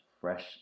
fresh